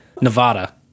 Nevada